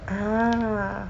ah